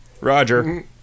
Roger